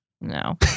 No